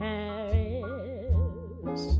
Paris